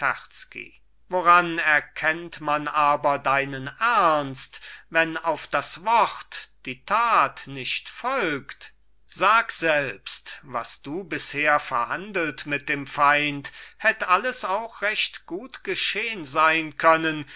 woran erkennt man aber deinen ernst wenn auf das wort die tat nicht folgt sag selbst was du bisher verhandelt mit dem feind hätt alles auch recht gut geschehn sein können